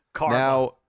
Now